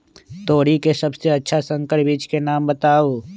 तोरी के सबसे अच्छा संकर बीज के नाम बताऊ?